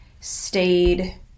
stayed